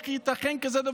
איך ייתכן דבר כזה?